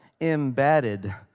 embedded